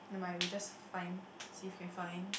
nevermind we'll just find see if we can find